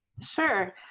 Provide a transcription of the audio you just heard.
Sure